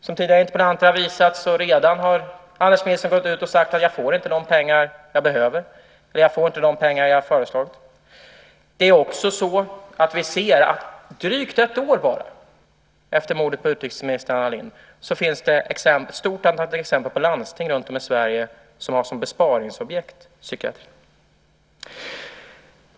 Som tidigare interpellanter har talat om har Anders Milton redan gått ut och sagt: Jag får inte de pengar jag behöver, jag får inte de pengar jag föreslår. Vi ser bara drygt ett år efter mordet på utrikesminister Anna Lindh att det finns ett stort antal exempel på landsting runtom i Sverige som har psykiatrin som besparingsobjekt.